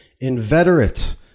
inveterate